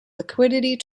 liquidity